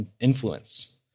influence